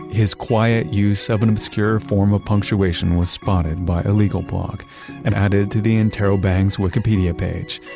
his quiet use of an obscure form of punctuation was spotted by a legal blog and added to the interrobang's wikipedia page.